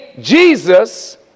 Jesus